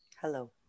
Hello